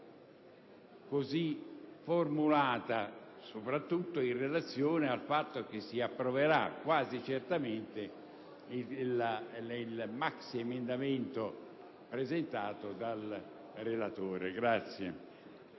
stata formulata, soprattutto in relazione al fatto che si approverà quasi certamente il maxiemendamento presentato dal relatore?